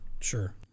Sure